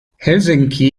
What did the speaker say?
helsinki